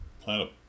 plant